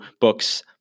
books